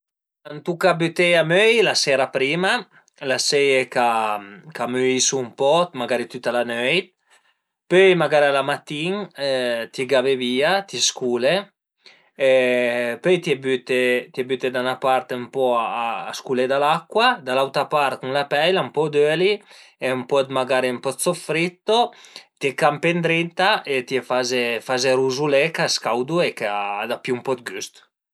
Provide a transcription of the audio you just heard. A tuca büteie a möi la sera prima, lasé ch'a möisu ën poch magari tüta la nöit, pöi magara la matin t'ie gave via, t'ie scule pöi t'ie büte t'ie büte da 'na part ën po a sculé da l'acua e da l'auta part cun 'na peila, ën po d'öli e ën po magari ën po dë soffritto, t'ie campe ëndrinta e t'ie faze faze ruzulé ch'a scauda e ch'a pìu ën po dë güst